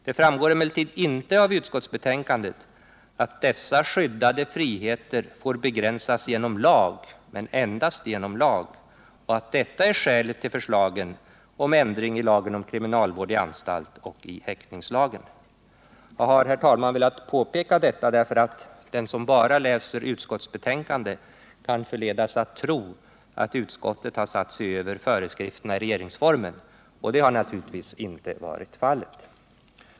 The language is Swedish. Det framgår emellertid inte av utskottsbetänkandet att dessa skyddade friheter får begränsas genom lag — men endast genom lag — och att detta är skälet till förslagen om ändring i lagen om kriminalvård i anstalt och i häktningslagen. Jag har velat påpeka detta, därför att den som bara läser utskottsbetänkandet kan förledas tro att utskottet har satt sig över föreskrifterna i regeringsformen, vilket naturligtvis inte har varit fallet.